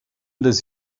does